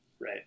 Right